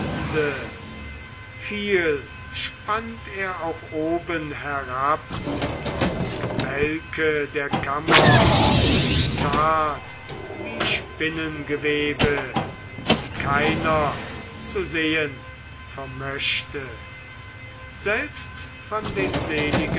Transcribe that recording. viele spannt er auch oben herab vom gebälke der kammer zart wie spinnengewebe die keiner zu sehen vermöchte selbst von den seligen